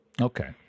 Okay